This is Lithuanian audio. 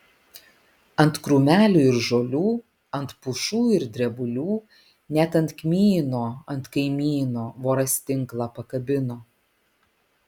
ant krūmelių ir žolių ant pušų ir drebulių net ant kmyno ant kaimyno voras tinklą pakabino